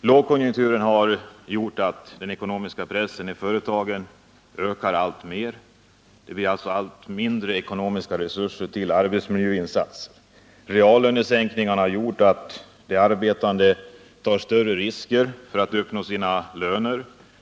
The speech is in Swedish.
Lågkonjunkturen har gjort att den ekonomiska pressen på företagen ökar alltmer. Företagen får allt mindre ekonomiska resurser för arbetsmiljöinsatser. Reallönesänkningarna har medfört att de arbetande tar större risker för att uppnå sina löner.